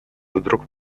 вдруг